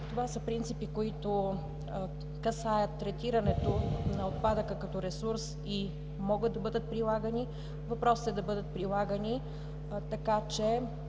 са принципи, които касаят третирането на отпадъка като ресурс и могат да бъдат прилагани. Въпросът е да бъдат прилагани така, че